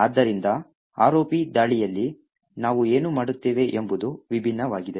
ಆದ್ದರಿಂದ ROP ದಾಳಿಯಲ್ಲಿ ನಾವು ಏನು ಮಾಡುತ್ತೇವೆ ಎಂಬುದು ವಿಭಿನ್ನವಾಗಿದೆ